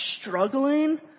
struggling